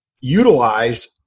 utilize